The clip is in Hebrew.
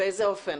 באופן